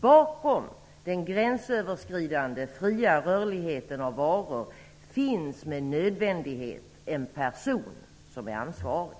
Bakom den gränsöverskridande fria rörligheten för varor finns med nödvändighet en person som är ansvarig.